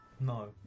No